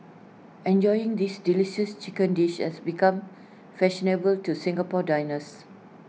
enjoying this delicious chicken dish has become fashionable to Singapore diners